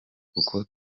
kuko